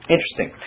Interesting